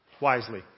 wisely